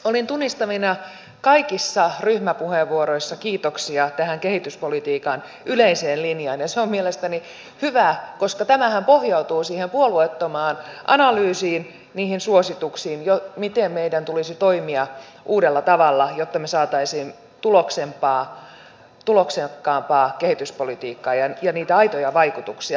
olin tunnistavinani kaikissa ryhmäpuheenvuoroissa kiitoksia tähän kehityspolitiikan yleiseen linjaan ja se on mielestäni hyvä koska tämähän pohjautuu siihen puolueettomaan analyysiin niihin suosituksiin miten meidän tulisi toimia uudella tavalla jotta me saisimme tuloksekkaampaa kehityspolitiikkaa ja niitä aitoja vaikutuksia